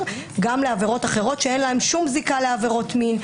גם לעבירות אחרות שאין להן שום זיקה לעבירות מין.